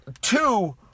two